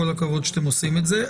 כל הכבוד שאתם עושים את זה.